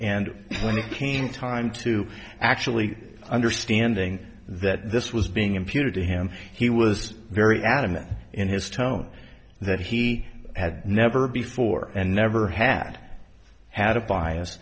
and when it came time to actually understanding that this was being imputed to him he was very adamant in his tone that he had never before and never had had a bias